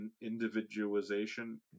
individualization